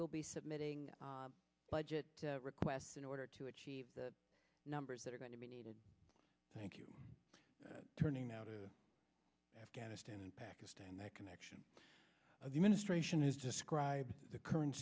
will be submitting budget requests in order to achieve the numbers that are going to be needed thank you turning now to afghanistan and pakistan that connection the ministration is describe the current